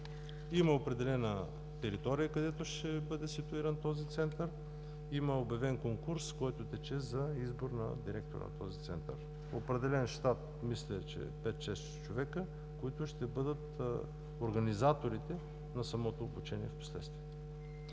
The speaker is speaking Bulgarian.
Има определена територия, където ще бъде ситуиран този Център. Има обявен и тече конкурс за избор на директор на Центъра. Определен е щаб, мисля от 5-6 човека, които ще бъдат организаторите на самото обучение впоследствие.